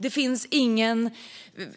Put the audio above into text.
Det finns